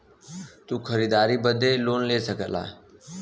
तू खरीदारी करे बदे लोन ले सकला